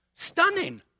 stunning